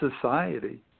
society